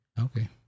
Okay